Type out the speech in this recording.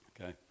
Okay